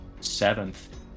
Seventh